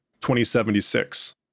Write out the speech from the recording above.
2076